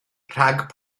rhag